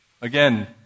again